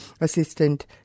Assistant